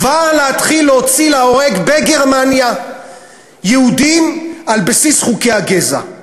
כבר להתחיל להוציא להורג בגרמניה יהודים על בסיס חוקי הגזע?